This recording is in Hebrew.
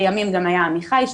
לימים גם היה עמיחי,